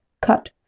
cut